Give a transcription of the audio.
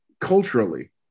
culturally